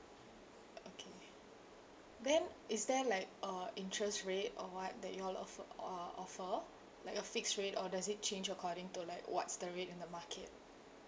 okay then is there like a interest rate or what that you all offer uh offer like a fixed rate or does it change according to like what's the rate in the market